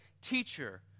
teacher